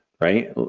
Right